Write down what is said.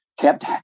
Kept